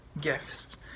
gifts